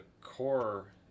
core